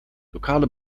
lokale